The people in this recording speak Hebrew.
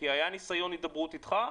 כי היה ניסיון הידברות אתך,